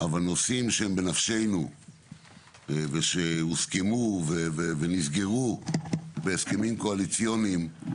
אבל נושאים שהם בנפשנו ושהוסכמו ונסגרו בהסכמים קואליציוניים,